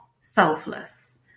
selfless